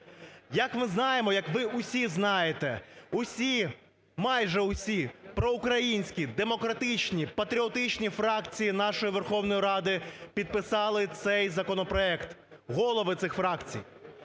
Як ми знаємо, як ви всі знаєте, всі, майже всі проукраїнські демократичні патріотичні фракції нашої Верховної Ради підписали цей законопроект, голови цих фракцій.